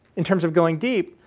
in terms of going deep,